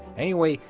anyway,